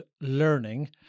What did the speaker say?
learning